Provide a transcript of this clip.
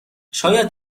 شاید